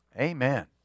Amen